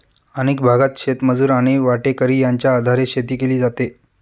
अनेक भागांत शेतमजूर आणि वाटेकरी यांच्या आधारे शेती केली जाते